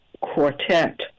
Quartet